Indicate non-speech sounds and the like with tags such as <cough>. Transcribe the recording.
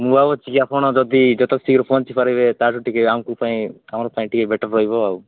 ମୁଁ ଆଉ <unintelligible> ଆପଣ ଯଦି ଯଥା ଶୀଘ୍ର ପହଞ୍ଚି ପାରିବେ ତାହାଠୁ ଟିକେ ଆମକୁ ପାଇଁ ଆମର ପାଇଁ ଟିକେ ବେଟର୍ ରହିବ ଆଉ